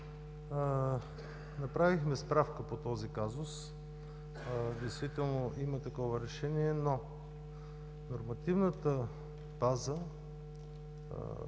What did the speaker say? Направихме справка по този казус и действително има такова решение, но нормативната база